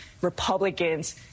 republicans